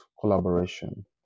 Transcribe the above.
collaboration